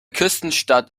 küstenstadt